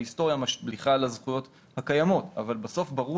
ההיסטוריה משליכה על הזכויות הקיימות אבל בסוף ברור